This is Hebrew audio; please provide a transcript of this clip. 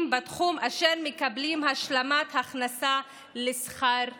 בתחום אשר מקבלים השלמת הכנסה לשכר מינימום.